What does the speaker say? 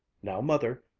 now, mother,